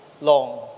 long